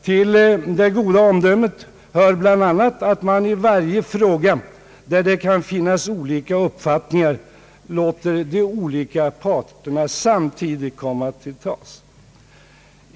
Till det goda omdömet hör bl.a. att man i varje fråga där det kan finnas olika uppfattningar låter de olika parterna samtidigt komma till tals.